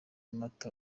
mata